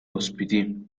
ospiti